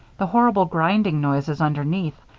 the horrible grinding noises underneath,